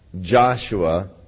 Joshua